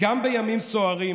גם בימים סוערים